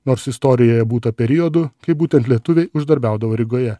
nors istorijoje būta periodų kai būtent lietuviai uždarbiaudavo rygoje